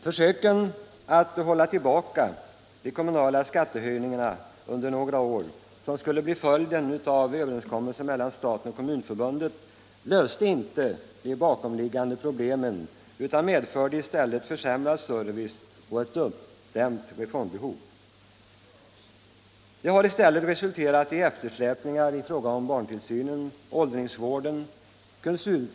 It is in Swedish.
Försöken att hålla tillbaka de kommunala skattehöjningarna under några år, som skulle bli följden av överenskommelsen mellan staten och Kommunförbundet, löste inte de bakomliggande problemen utan medförde i stället försämrad service och ett uppdämt reformbehov. Det har resulterat i eftersläpningar i fråga om barntillsynen och åldringsvården.